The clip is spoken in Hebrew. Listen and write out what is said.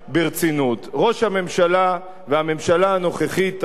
ראש הממשלה והממשלה הנוכחית ימשיכו לנסות